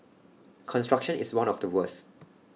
construction is one of the worst